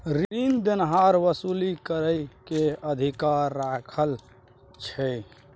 रीन देनहार असूली करइ के अधिकार राखइ छइ